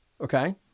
Okay